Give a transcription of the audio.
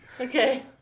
Okay